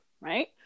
right